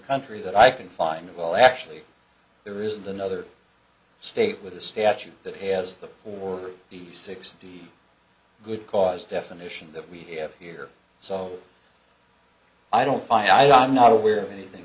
country that i can find that well actually there isn't another state with a statute that has the or the sixty good cause definition that we have here so i don't find i'm not aware of anything